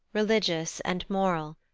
religious and moral.